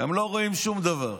הם לא רואים שום דבר.